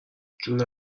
جوون